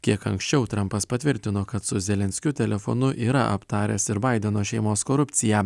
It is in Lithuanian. kiek anksčiau trampas patvirtino kad su zelenskiu telefonu yra aptaręs ir baideno šeimos korupciją